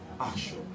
action